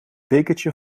bekertje